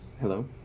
hello